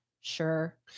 sure